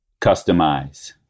customize